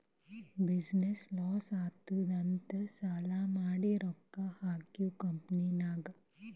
business loss ಆಲಾತ್ತುದ್ ಅಂತ್ ಸಾಲಾ ಮಾಡಿ ರೊಕ್ಕಾ ಹಾಕಿವ್ ಕಂಪನಿನಾಗ್